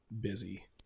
busy